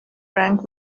frank